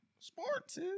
Sports